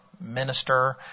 minister